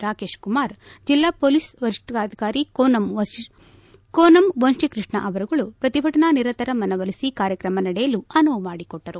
ರಾಕೇಶ್ ಕುಮಾರ್ ಜಿಲ್ಲಾ ಪೋಲಿಸ್ ವರಿಷ್ಠಾಧಿಕಾರಿ ಕೋನಂ ವಂಶಿಕೃಷ್ಣ ಅವರುಗಳು ಪ್ರತಿಭಟನಾನಿರತರ ಮನವೊಲಿಸಿ ಕಾರ್ಯಕ್ರಮ ನಡೆಯಲು ಅನುವು ಮಾಡಿಕೊಟ್ಟರು